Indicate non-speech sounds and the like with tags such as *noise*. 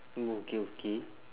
*noise* okay okay